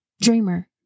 Dreamer